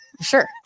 Sure